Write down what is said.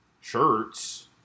shirts